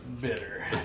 bitter